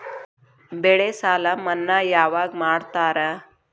ಬೆಳೆ ಸಾಲ ಮನ್ನಾ ಯಾವಾಗ್ ಮಾಡ್ತಾರಾ?